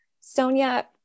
Sonia